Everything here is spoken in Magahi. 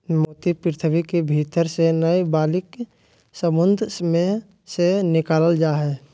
मोती पृथ्वी के भीतर से नय बल्कि समुंद मे से निकालल जा हय